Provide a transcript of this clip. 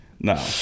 No